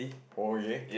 oh ya